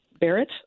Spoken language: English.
Barrett